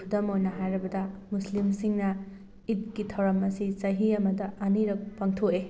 ꯈꯨꯗꯝ ꯑꯣꯏꯅ ꯍꯥꯏꯔꯕꯗ ꯃꯨꯁꯂꯤꯝꯁꯤꯡꯅ ꯏꯠꯀꯤ ꯊꯧꯔꯝ ꯑꯁꯤ ꯆꯍꯤ ꯑꯃꯗ ꯑꯅꯤꯔꯛ ꯄꯥꯡꯊꯣꯛꯑꯦ